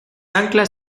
anclas